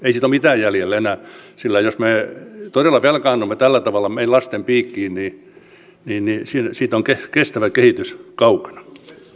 ei siitä ole mitään jäljellä enää sillä jos me todella velkaannumme tällä tavalla meidän lastemme piikkiin niin siitä on kestävä kehitys kaukana